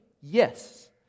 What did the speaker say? yes